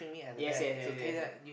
yes yes yes yes yes